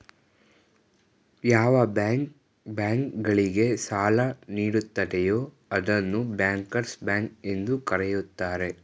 ಯಾವ bank bank ಗಳಿಗೆ ಸಾಲ ನೀಡುತ್ತದೆಯೂ ಅದನ್ನು ಬ್ಯಾಂಕರ್ಸ್ ಬ್ಯಾಂಕ್ ಎಂದು ಕರೆಯುತ್ತಾರೆ